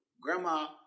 Grandma